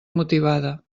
motivada